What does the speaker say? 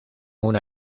una